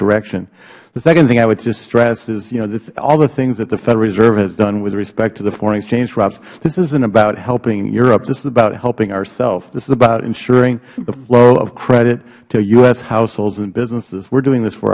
direction the second thing i would just stress is you know all the things that the federal reserve has done with respect to the foreign exchange swaps this isn't about helping europe this is about helping ourselves this is about ensuring the flow of credit to u s households and businesses we are doing this for